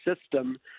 system